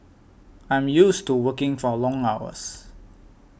I'm used to working for long hours